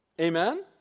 Amen